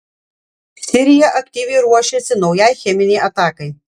sirija aktyviai ruošėsi naujai cheminei atakai